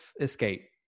escape